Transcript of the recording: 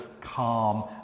calm